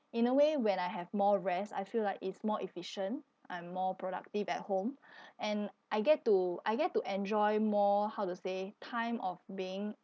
in a way when I have more rest I feel like it's more efficient I'm more productive at home and I get to I get to enjoy more how to say time of being